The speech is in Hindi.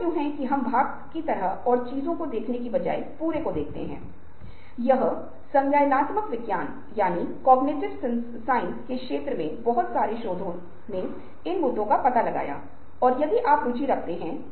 एक कार्य है यदि कोई कार्य करता हैं तो मानसिक आयु का पता लगाया जा सकता है